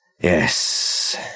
Yes